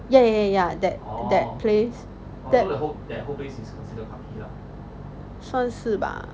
ya ya ya that that place 算是吧